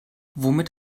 womit